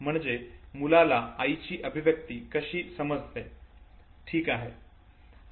म्हणजे मुलाला आईची अभिव्यक्ती कशी समजते ठीक आहे